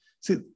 see